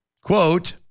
Quote